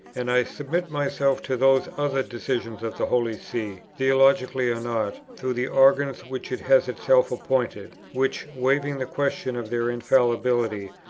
and i submit myself to those other decisions of the holy see, theological or not, through the organs which it has itself appointed, which, waiving the question of their infallibility,